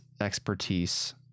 expertise